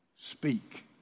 Speak